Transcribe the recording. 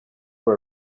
for